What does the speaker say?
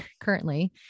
currently